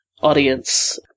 audience